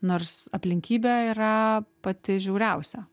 nors aplinkybė yra pati žiauriausia